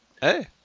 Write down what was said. Hey